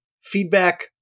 feedback